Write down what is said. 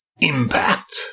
impact